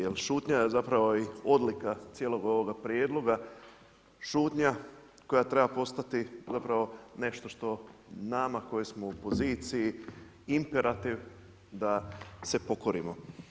Jer šutnja je zapravo i odlika cijelog ovoga prijedloga, šutnja koja treba postati zapravo nešto što nama koji smo u poziciji imperativ da se pokorimo.